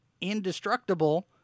indestructible